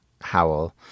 Howell